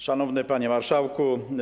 Szanowny Panie Marszałku!